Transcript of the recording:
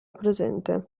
presente